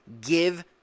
Give